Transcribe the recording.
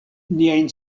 niajn